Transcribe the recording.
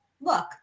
look